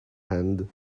hand